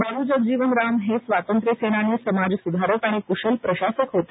बाबू जगजीवनराम हे स्वातंत्र्य सेनानी समाज सुधारक आणि कुशल प्रशासक होते